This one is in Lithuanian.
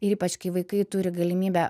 ypač kai vaikai turi galimybę